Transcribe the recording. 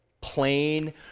plain